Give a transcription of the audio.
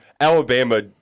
Alabama